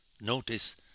Notice